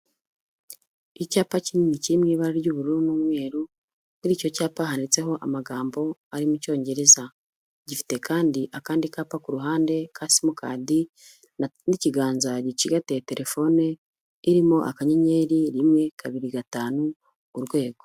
Icyapa kinini kiri mu ibara ry'ubururu n'umweru, kuri icyo cyapa handitseho amagambo ari mu cyongereza. Gifite kandi akandi kapa ku ruhande ka simukadi n'ikiganza gicigatiye terefone, irimo akanyenyeri, rimwe, kabiri, gatanu, urwego.